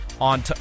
on